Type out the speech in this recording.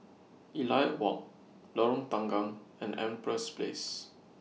Elliot Walk Lorong Tanggam and Empress Place